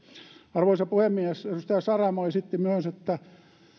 arvoisa puhemies edustaja saramo esitti myös että